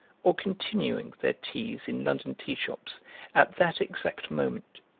or continuing their teas in london tea-shops at that exact moment.